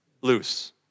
loose